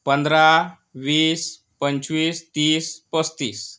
पंधरा वीस पंचवीस तीस पस्तीस